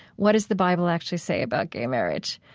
what does the bible actually say about gay marriage?